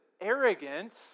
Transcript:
arrogance